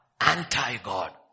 anti-God